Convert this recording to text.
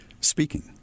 speaking